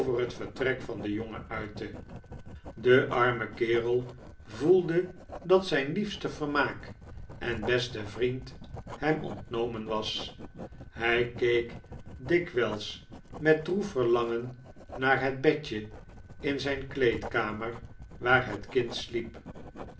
het vertrek van den jongen uitte de arme kerel voelde dat zijn liefste vermaak en beste vriend hem ontnomen was hij keek dikwijls met droef verlangen naar het bedje in zijn kleedkamer waar het kind sliep